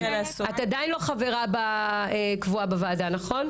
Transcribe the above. את עדיין לא חברה קבועה בוועדה, נכון?